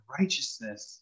righteousness